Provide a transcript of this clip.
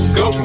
go